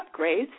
upgrades